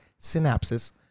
synapses